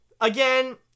again